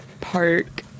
park